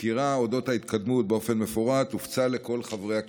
סקירה אודות ההתקדמות באופן מפורט הופצה לכל חברי הכנסת.